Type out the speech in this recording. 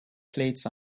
plates